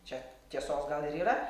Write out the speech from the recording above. čia tiesos gal ir yra